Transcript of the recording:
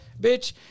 bitch